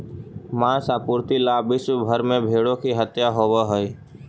माँस आपूर्ति ला विश्व भर में भेंड़ों की हत्या होवअ हई